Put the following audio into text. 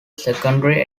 secondary